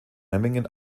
memmingen